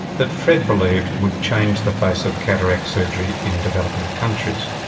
that fred believed would change the face of cataract surgery in developing countries.